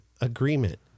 agreement